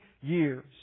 years